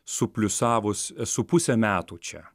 supliusavus esu pusę metų čia